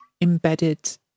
embedded